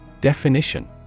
Definition